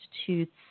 Institute's